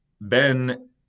Ben